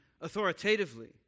authoritatively